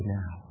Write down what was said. now